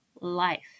life